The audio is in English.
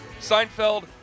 Seinfeld